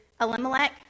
Elimelech